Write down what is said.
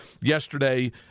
yesterday